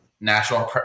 national